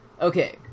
Okay